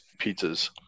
pizzas